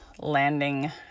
landing